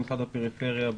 במיוחד בפריפריה,